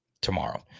tomorrow